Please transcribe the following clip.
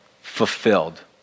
fulfilled